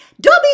Dobby